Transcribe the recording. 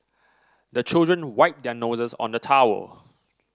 the children wipe their noses on the towel